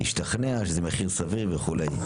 השתכנע שזה מחיר סביר וכו'.